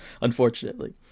unfortunately